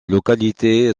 localité